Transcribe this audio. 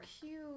cute